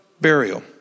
burial